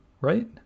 right